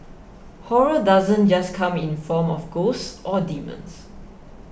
horror doesn't just come in the form of ghosts or demons